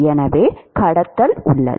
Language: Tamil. எனவே கடத்தல் உள்ளது